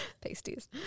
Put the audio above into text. Pasties